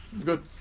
Good